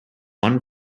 one